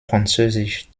französisch